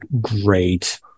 great